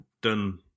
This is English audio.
done